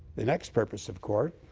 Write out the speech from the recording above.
the next purpose of court